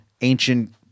ancient